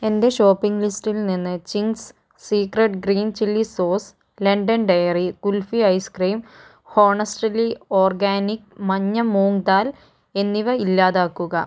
എന്റെ ഷോപ്പിംഗ് ലിസ്റ്റിൽ നിന്ന് Ching's secret green chilli sauce London dairy kulfi ice cream honestly organic മഞ്ഞ മൂംഗ് ദാൽ എന്നിവ ഇല്ലാതാക്കുക